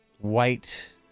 white